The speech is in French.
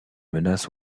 menace